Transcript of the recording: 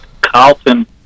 Carlton